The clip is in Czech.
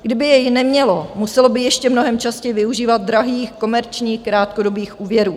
Kdyby jej nemělo, muselo by ještě mnohem častěji využívat drahých komerčních krátkodobých úvěrů.